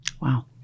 Wow